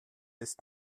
ist